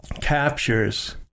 captures